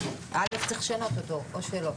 כן (א) צריך לשנות, או שלא?